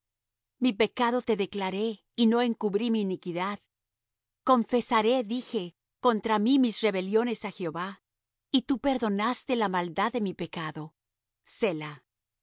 mi pecado te declaré y no encubrí mi iniquidad confesaré dije contra mí mis rebeliones á jehová y tú perdonaste la maldad de mi pecado